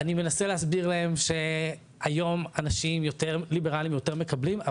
אני מנסה להסביר להם שהיום אנשים יותר ליברליים ויותר מקבלים,